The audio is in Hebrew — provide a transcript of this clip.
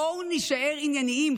בואו נישאר ענייניים.